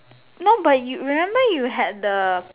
no but you remember you had the